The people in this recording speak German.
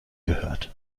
gehört